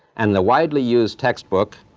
and the widely used textbook,